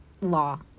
Law